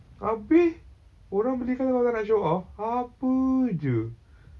abeh orang belikan kau tak nak show off apa jer